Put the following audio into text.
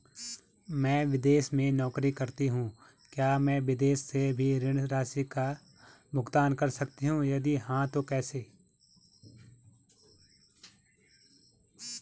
मैं विदेश में नौकरी करतीं हूँ क्या मैं विदेश से भी ऋण राशि का भुगतान कर सकती हूँ यदि हाँ तो कैसे?